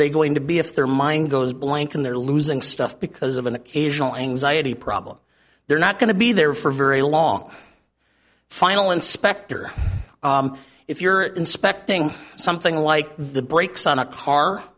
they going to be if their mind goes blank and they're losing stuff because of an occasional anxiety problem they're not going to be there for very long final inspector if you're inspecting something like the brakes on a car